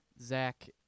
Zach